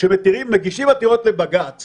כשמגישים עתירות לבג"ץ